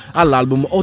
all'album